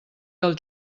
dels